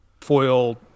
foil